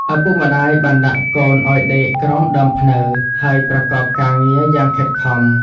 ឪពុកម្តាយបានដាក់កូនឱ្យដេកក្រោមដើមព្នៅ ហើយប្រកបការងារយ៉ាងខិតខំ។